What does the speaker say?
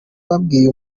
babwiye